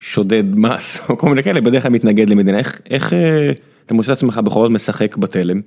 שודד מס או כל מיני כאלה, בדרך כלל מתנגד למדינה. איך איך אתה מוצא את עצמך בכל זאת משחק בתלם?